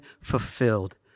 fulfilled